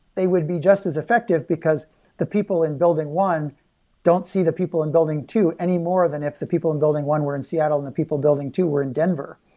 they would be just as effective, because the people in building one don't see the people in building to any more than if the people in building one were in seattle and the people in building two were in denver.